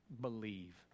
believe